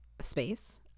space